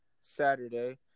Saturday